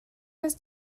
was